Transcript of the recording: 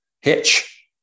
hitch